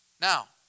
Now